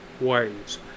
ways